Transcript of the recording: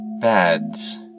beds